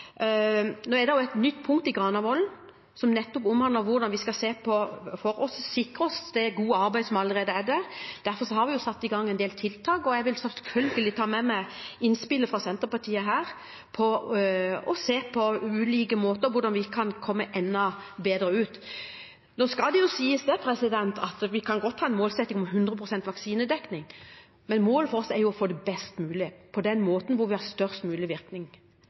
nå. Det er et nytt punkt i Granavolden-erklæringen som nettopp omhandler hvordan vi skal se på og sikre det gode arbeidet som allerede er der. Derfor har vi satt i gang en del tiltak, og jeg vil selvfølgelig ta med meg innspillet her fra Senterpartiet og se på ulike måter for hvordan vi kan komme enda bedre ut. Vi kan godt kan ha en målsetting om hundre prosent vaksinedekning. Målet for oss er å få det best mulig og på den måten der det har størst mulig virkning,